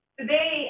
today